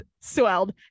swelled